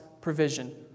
provision